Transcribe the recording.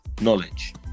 Knowledge